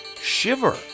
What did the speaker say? Shiver